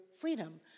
freedom